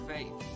Faith